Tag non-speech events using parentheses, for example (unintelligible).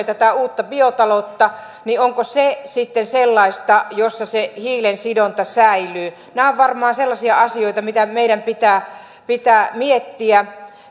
(unintelligible) tätä uutta biotaloutta niin onko se sitten sellaista jossa se hiilen sidonta säilyy nämä ovat varmaan sellaisia asioita mitä meidän pitää pitää miettiä